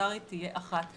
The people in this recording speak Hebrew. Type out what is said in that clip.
הפרלמנטרית תהיה אחת.